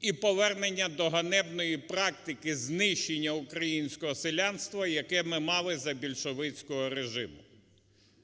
і повернення до ганебної практики знищення українського селянства, яке мали за більшовицького режиму.